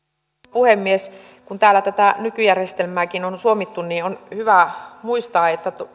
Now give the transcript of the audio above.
puhemies kun täällä nykyjärjestelmääkin on suomittu niin on hyvä muistaa että